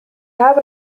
habe